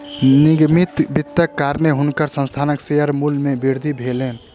निगमित वित्तक कारणेँ हुनकर संस्थानक शेयर मूल्य मे वृद्धि भेलैन